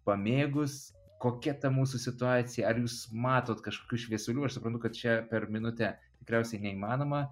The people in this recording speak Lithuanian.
pamėgus kokia ta mūsų situacija ar jūs matot kažkokių šviesulių aš suprantu kad čia per minutę tikriausiai neįmanoma